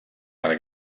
per